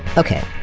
okay,